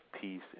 peace